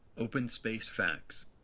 open space facts.